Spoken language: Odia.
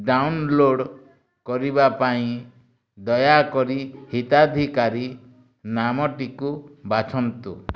ଡାଉନଲୋଡ଼୍ କରିବା ପାଇଁ ଦୟାକରି ହିତାଧିକାରୀ ନାମଟିକୁ ବାଛନ୍ତୁ